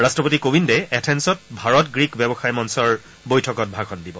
ৰাষ্ট্ৰপতি কোবিন্দে এথেন্সত ভাৰত গ্ৰীক ব্যৱসায় মঞ্চৰ বৈঠকত ভাষণ দিব